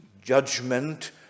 judgment